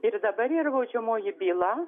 ir dabar yra baudžiamoji byla